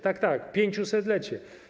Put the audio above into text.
Tak, tak - 500-lecie.